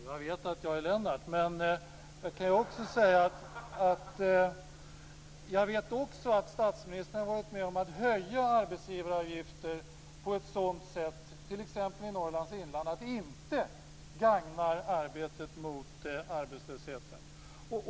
Herr talman! Jo, jag vet att jag är Lennart. Men jag vet också att statsministern har varit med om att höja arbetsgivaravgifter, t.ex. i Norrlands inland, på ett sådant sätt att det inte gagnar arbetet mot arbetslösheten.